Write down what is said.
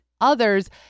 others